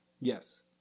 yes